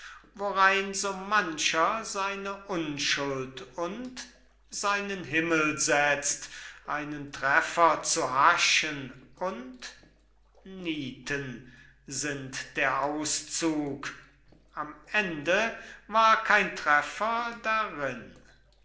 worein so mancher seine unschuld und seinen himmel setzt einen treffer zu haschen und nullen sind der auszug am ende war kein treffer darinn